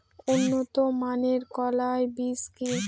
উন্নত মানের কলাই বীজ কি?